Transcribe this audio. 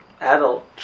adult